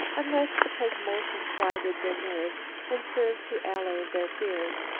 unless because motion quieted their nerves and served to allay their fears.